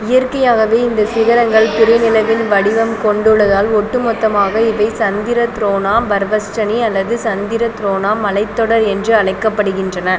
இயற்கையாகவே இந்தச் சிகரங்கள் பிறை நிலவின் வடிவம் கொண்டுள்ளதால் ஒட்டுமொத்தமாக இவை சந்திரத்ரோனா பர்வதஷ்ரேனி அல்லது சந்திரத்ரோனா மலைத்தொடர் என்று அழைக்கப்படுகின்றன